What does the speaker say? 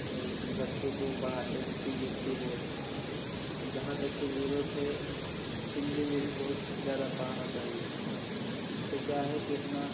बच्चे को पढ़ाते हैं C B S E board जहाँ तक की जरूरत है हिंदी में भी बहुत ज्यादा पढ़ाना चाहिए इससे क्या है कि अपना